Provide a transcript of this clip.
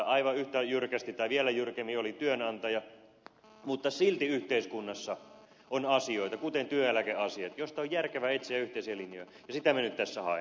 aivan yhtä jyrkästi tai vielä jyrkemmin oli työnantaja mutta silti yhteiskunnassa on asioita kuten työeläkeasiat joista on järkevä etsiä yhteisiä linjoja ja sitä me nyt tässä haemme